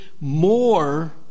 more